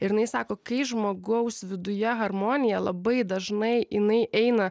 ir jinai sako kai žmogaus viduje harmonija labai dažnai jinai eina